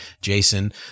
Jason